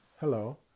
Hello